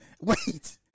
Wait